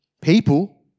People